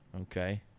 Okay